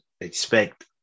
expect